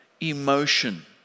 emotion